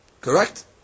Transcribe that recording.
Correct